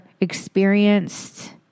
experienced